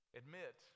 admit